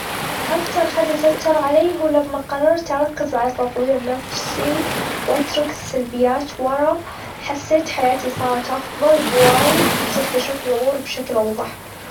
أكتر أثر أثر علي هو لما قررت أركز على تطوير نفسي وأترك السلبيات ورا حسيت حياتي صارت أفظل بوايد، وصرت أشوف الأمور بشكل أوظح.